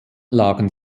lagen